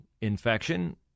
infection